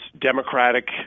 democratic